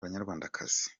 banyarwandakazi